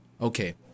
Okay